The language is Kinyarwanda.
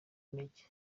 intege